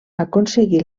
aconseguí